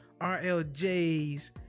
RLJ's